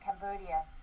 Cambodia